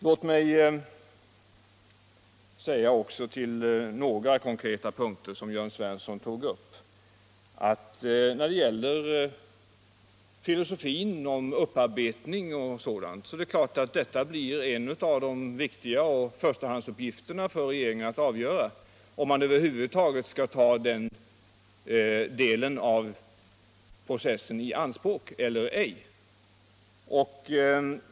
Låt mig också säga några ord på ett par konkreta punkter som Jörn Svensson tog upp. När det gäller filosofin om upparbetning och sådant är det klart att det blir en av förstahandsuppgifterna för den nya regeringen att avgöra om man över huvud taget skall ta den delen av processen i anspråk eller ej.